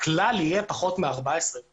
הכלל יהיה פחות מ-14 ימים.